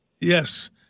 Yes